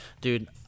Dude